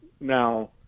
Now